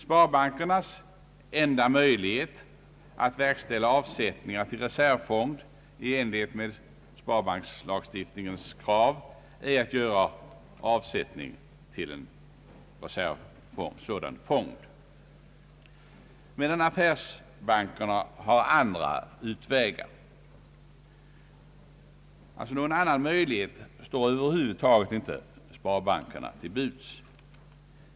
De förras enda möjlighet att verkställa avsättningar till reservfond i enlighet med sparbankslagstiftningens krav är att göra avsättningar till en sådan fond, medan affärsbankerna har andra utvägar. Någon annan möjlighet står över huvud taget inte sparbankerna till buds.